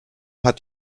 hat